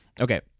Okay